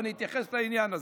ואני אתייחס לעניין הזה.